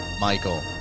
michael